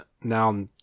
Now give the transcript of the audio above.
Now